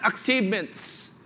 achievements